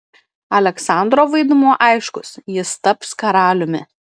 aleksandro vaidmuo aiškus jis taps karaliumi